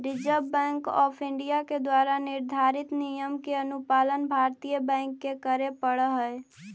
reserve bank of India के द्वारा निर्धारित नियम के अनुपालन भारतीय बैंक के करे पड़ऽ हइ